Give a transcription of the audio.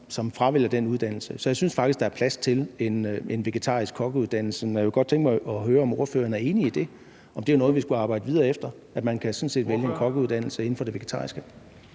som fravælger den uddannelse. Så jeg synes faktisk, der er plads til en vegetarisk kokkeuddannelse, og jeg kunne godt tænke mig at høre, om ordføreren er enig i, at det er noget, vi skulle arbejde videre efter, altså at man sådan set kan vælge en kokkeuddannelse inden for det vegetariske.